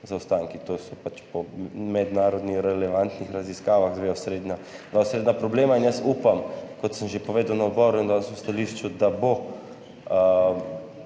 zaostanki. To sta po mednarodnih relevantnih raziskavah dva osrednja problema in jaz upam, kot sem že povedal na odboru in danes v stališču, da bo